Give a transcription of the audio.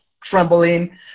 trembling